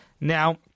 Now